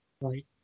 right